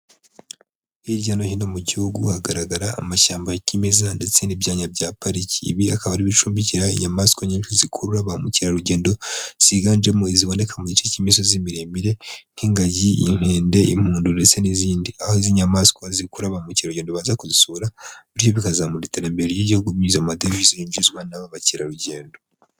Hirya no hino mu Gihugu hagaragara amashyamba ya cyimeza ndetse n'ibyanya bya pariki. Ibi akaba ari ibicumbikira inyamaswa nyinshi zikurura ba mukerarugendo, ziganjemo iziboneka mu gice cy'imisozi miremire, nk'ingagi, inkende, impundu ndetse n'izindi. Aho izi nyamaswa zikurura ba mukerarugendo baza kuzisura, bityo bikazamura iterambere ry'Igihugu binyuze mu madevizi yinjizwa n'aba bakerarugendo.